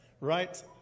right